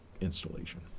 installation